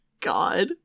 God